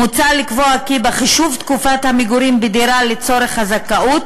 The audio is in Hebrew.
מוצע לקבוע כי בחישוב תקופת המגורים בדירה לצורך הזכאות